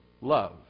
love